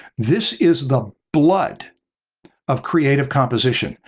this is the blood of creative composition.